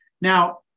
Now